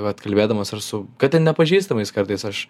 vat kalbėdamas ir su kad ir nepažįstamais kartais aš